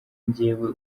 njyewe